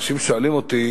הוא אמר: אנשים שואלים אותי